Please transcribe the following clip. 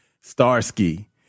Starsky